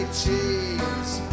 cheese